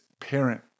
parent